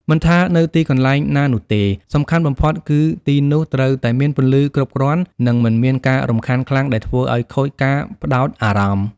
មិនថានៅទីកន្លែងណានោះទេ សំខាន់បំផុតគឺទីនោះត្រូវតែមានពន្លឺគ្រប់គ្រាន់ និងមិនមានការរំខានខ្លាំងដែលធ្វើឱ្យខូចការផ្ដោតអារម្មណ៍។